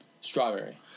Strawberry